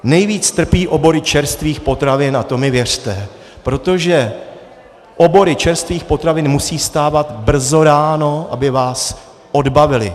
Nejvíce trpí obory čerstvých potravin, a to mi věřte, protože obory čerstvých potravin musí vstávat brzy ráno, aby vás odbavily.